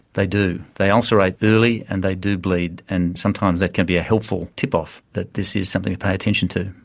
they do, they ulcerate early and they do bleed, and sometimes that can be a helpful tipoff, that this is something to pay attention to.